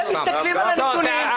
אתם מסתכלים על הנתונים.